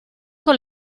con